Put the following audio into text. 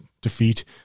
defeat